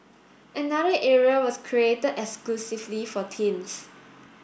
another area was created exclusively for teens